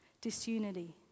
disunity